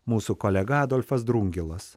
mūsų kolega adolfas drungilas